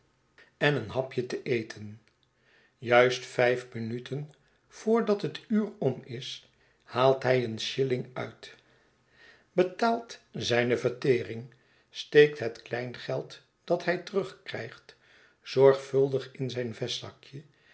en een hapje te eten juist vijf minuten voordat het uur om is haalt hij een shilling uit betaalt zijne vertering steekt het kleingeld dat hij terugkrijgt zorgvuldig in zijn